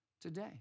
today